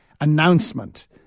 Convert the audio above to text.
announcement